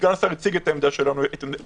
סגן השר הציג את עמדתנו העקרונית,